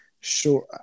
sure